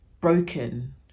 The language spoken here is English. broken